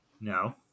No